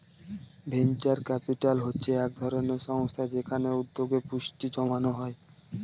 venture capital হচ্ছে এক ধরনের সংস্থা যেখানে উদ্যোগে পুঁজি জমানো হয়